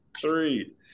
three